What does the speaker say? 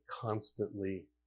constantly